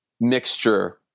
mixture